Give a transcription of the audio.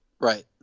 right